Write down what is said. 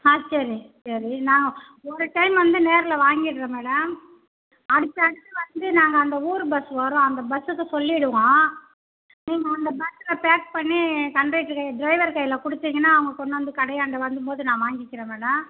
ஆ சரி சரி நான் ஒரு டைம் வந்து நேரில் வாங்கிட்டுறேன் மேடம் அடுத்து அடுத்து வந்து நாங்கள் அந்த ஊர் பஸ்ஸு வரும் அந்த பஸ்ஸுக்கு சொல்லிவிடுவோம் நீங்கள் அந்த பஸ்ஸில் பேக் பண்ணி கன்டைக்டர் ட்ரைவர் கையில கொடுத்திங்கனா அவங்க கொண்டாந்து கடையாண்ட வந்து போது நான் வாங்கிக்கிறேன் மேடம்